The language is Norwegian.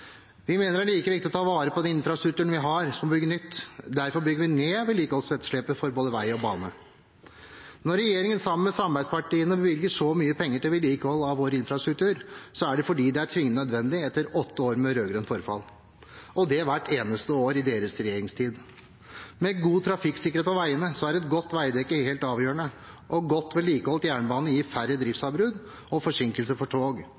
Vi mener det er like viktig å ta vare på den infrastrukturen vi har, som å bygge nytt. Derfor bygger vi ned vedlikeholdsetterslepet for både vei og jernbane. Når regjeringen, sammen med samarbeidspartiene, bevilger så mye penger til vedlikehold av vår infrastruktur, er det fordi det er tvingende nødvendig etter åtte år med rød-grønt forfall – og det hvert eneste år i deres regjeringstid. For å ha god trafikksikkerhet på veiene er et godt veidekke helt avgjørende, og godt vedlikeholdt jernbane gir færre driftsavbrudd og færre forsinkelser for tog,